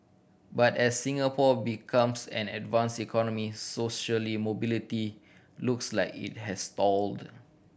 but as Singapore becomes an advanced economy socially mobility looks like it has stalled